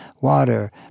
water